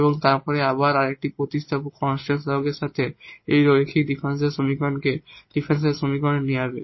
এবং তারপরে আবার আরেকটি সাবস্টিটিউশন কনস্ট্যান্ট কোইফিসিয়েন্টের সাথে একটি লিনিয়ার ডিফারেনশিয়াল সমীকরণকে ডিফারেনশিয়াল সমীকরণে নিয়ে যাবে